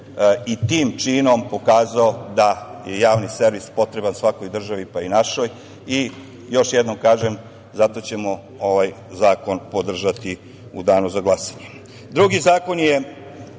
i tim činom pokazao da je javni servis potreban svakoj državi pa i našoj. Još jednom kažem, zato ćemo ovaj zakon podržati u Danu za glasanje. Drugi zakon je